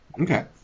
Okay